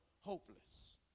hopeless